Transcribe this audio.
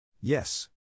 Yes